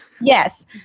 Yes